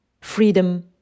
Freedom